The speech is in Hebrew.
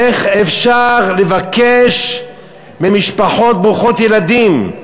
איך אפשר לבקש ממשפחות ברוכות ילדים,